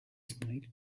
smiled